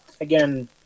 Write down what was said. again